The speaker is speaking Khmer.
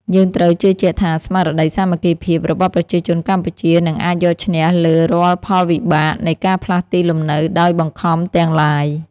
យើងត្រូវជឿជាក់ថាស្មារតីសាមគ្គីភាពរបស់ប្រជាជនកម្ពុជានឹងអាចយកឈ្នះលើរាល់ផលវិបាកនៃការផ្លាស់ទីលំនៅដោយបង្ខំទាំងឡាយ។